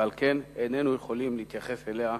ועל כן איננו יכולים להתייחס אליה.